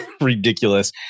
ridiculous